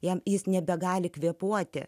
jam jis nebegali kvėpuoti